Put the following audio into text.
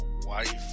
wife